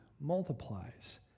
multiplies